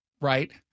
right